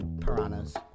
Piranhas